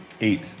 Eight